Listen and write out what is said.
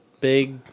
big